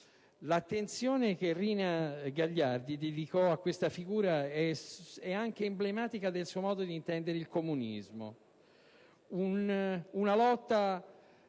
L'attenzione che Rina Gagliardi dedicò a questa figura è anche emblematica del suo modo di intendere il comunismo: una lotta